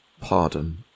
pardon